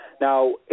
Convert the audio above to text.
Now